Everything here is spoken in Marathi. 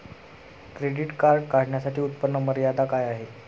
क्रेडिट कार्ड काढण्यासाठी उत्पन्न मर्यादा काय आहे?